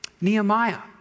Nehemiah